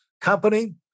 company